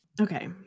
Okay